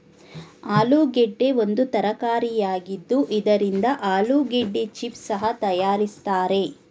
ಆಲೂಗೆಡ್ಡೆ ಒಂದು ತರಕಾರಿಯಾಗಿದ್ದು ಇದರಿಂದ ಆಲೂಗೆಡ್ಡೆ ಚಿಪ್ಸ್ ಸಹ ತರಯಾರಿಸ್ತರೆ